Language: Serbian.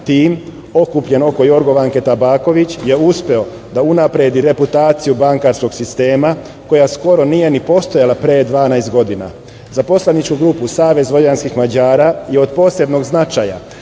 tim okupljen oko Jorgovanke Tabaković je uspeo da unapredi reputaciju bankarskog sistema, koja skoro nije ni postojala pre 12 godina. Za poslaničku grupu SVM je od posebnog značaja